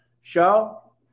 show